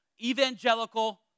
Evangelical